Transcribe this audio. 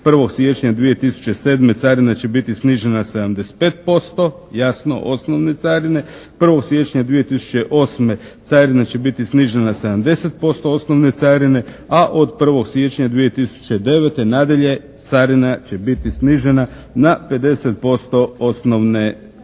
1. siječnja 2007. carina će biti snižena 75%, jasno osnovne carine. 1. siječnja 2008. carina će biti snižena 70% osnovne carine, a od 1. siječnja 2009. nadalje carina će biti snižena na 50% osnovne carine,